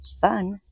fun